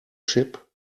ship